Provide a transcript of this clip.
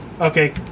Okay